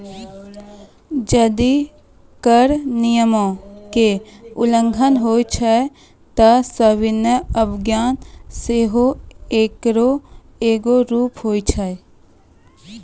जदि कर नियमो के उल्लंघन होय छै त सविनय अवज्ञा सेहो एकरो एगो रूप होय छै